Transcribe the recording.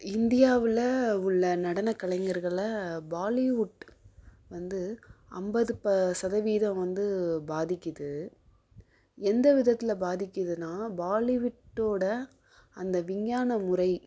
இந்தியாவில் உள்ள நடனக்கலைஞர்களில் பாலிவுட் வந்து ஐம்பது ப சதவீதம் வந்து பாதிக்குது எந்த விதத்தில் பாதிக்குதுன்னா பாலிவுட்டோட அந்த விஞ்ஞான முறை